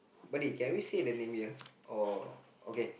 buddy can we say the name here or okay